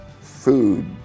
Food